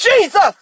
Jesus